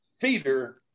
feeder